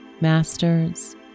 masters